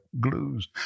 glues